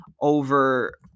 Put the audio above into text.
over